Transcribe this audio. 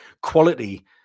quality